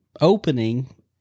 opening